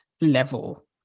level